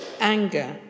Anger